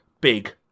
big